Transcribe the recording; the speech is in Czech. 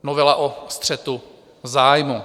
Novela o střetu zájmů.